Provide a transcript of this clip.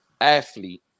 athlete